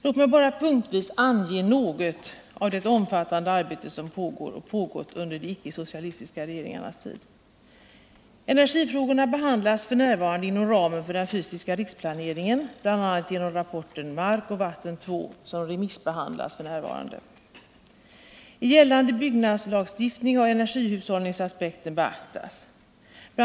Låt mig bara punktvis ange något av det omfattande arbete som pågår och pågått under de icke-socialistiska regeringarnas tid. Energifrågorna behandlas f. n. inom ramen för den fysiska riksplaneringen, bl.a. genom rapporten Mark och vatten 2, som nu remissbehandlas. I gällande byggnadslagstiftning har energihushållningsaspekten beaktats. Bl.